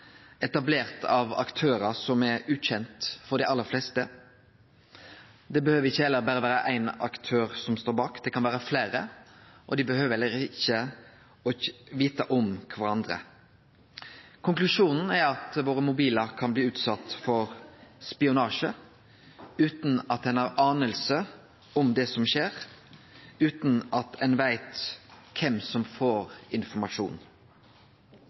av aktørar som er ukjende for dei aller fleste. Det behøver heller ikkje berre vere ein aktør som står bak, det kan vere fleire, og dei behøver heller ikkje vite om kvarandre. Konklusjonen er at våre mobilar kan bli utsette for spionasje, utan at ein har aning om det som skjer, utan at ein veit kven som får